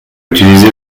utiliser